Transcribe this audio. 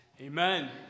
Amen